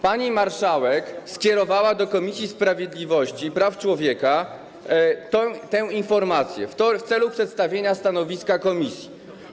Pani marszałek skierowała do Komisji Sprawiedliwości i Praw Człowieka tę informację w celu przedstawienia stanowiska komisji.